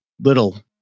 little